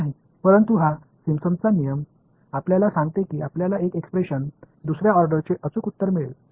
परंतु हा सिम्पसनचा नियम आपल्याला सांगते की आपल्याला एक एक्सप्रेशन दुसर्या ऑर्डरचे अचूक मिळेल